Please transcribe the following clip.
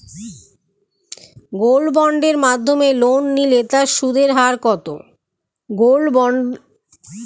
Gold বন্ডের মাধ্যমে loan নিলে তার সুদের হার কত?